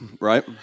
right